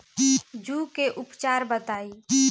जूं के उपचार बताई?